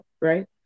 right